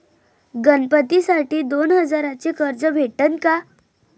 गणपतीसाठी दोन हजाराचे कर्ज भेटन का?